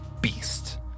beast